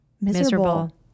Miserable